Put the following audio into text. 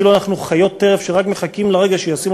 כאילו אנחנו חיות טרף שרק מחכות לרגע שישימו